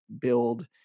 build